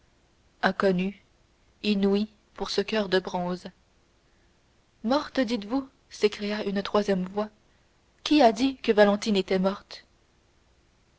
inconnue inouïe pour ce coeur de bronze morte dites-vous s'écria une troisième voix qui a dit que valentine était morte